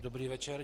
Dobrý večer.